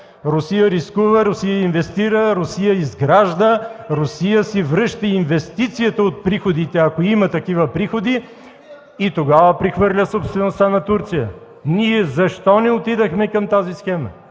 Русия рискува да си инвестира, Русия изгражда, Русия си връща инвестицията от приходите, ако има такива приходи, и тогава прехвърля собствеността на Турция. Ние защо не отидохме към тази схема?